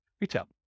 retail